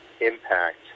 impact